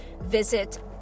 Visit